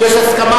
יש הסכמה.